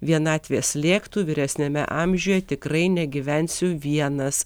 vienatvė slėgtų vyresniame amžiuje tikrai negyvensiu vienas